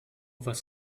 was